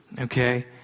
Okay